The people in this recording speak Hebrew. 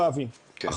תודה רבה.